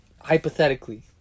hypothetically